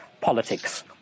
politics